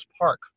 Park